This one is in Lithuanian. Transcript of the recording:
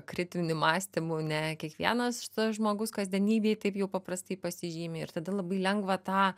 kritiniu mąstymu ne kiekvienas šitas žmogus kasdienybėj taip jau paprastai pasižymi ir tada labai lengva tą